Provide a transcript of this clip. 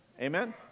Amen